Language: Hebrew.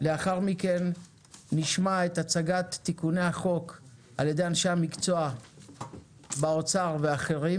לאחר מכן נשמע את הצגת תיקוני החוק על ידי אנשי המקצוע באוצר ואחרים.